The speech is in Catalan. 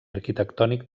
arquitectònic